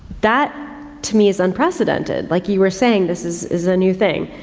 that to me is unprecedented. like you were saying, this is, is a new thing.